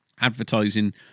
advertising